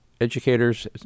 educators